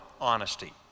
honesty